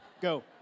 go